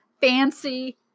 fancy